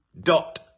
dot